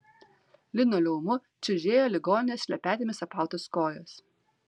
linoleumu čiužėjo ligoninės šlepetėmis apautos kojos